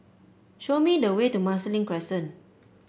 show me the way to Marsiling Crescent